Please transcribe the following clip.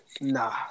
Nah